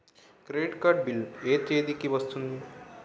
Credit card bill ఎ తేదీ కి వస్తుంది?